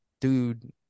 dude